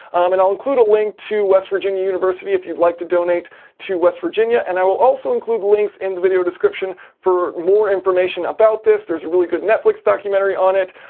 and i'll include a link to west virginia university if you'd like to donate to west virginia and i will also include links in the video description for more information about this there's a really good netflix documentary on it,